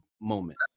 moment